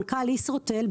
מנכ"ל ישרוטל,